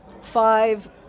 five